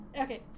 okay